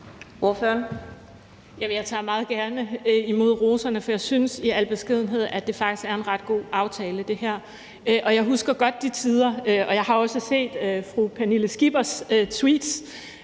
Jeg tager meget gerne imod roserne, for jeg synes i al beskedenhed, at det her faktisk er en ret god aftale, og jeg husker godt de tider. Jeg har også set fru Pernille Skippers tweets